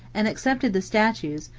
and accepted the statues,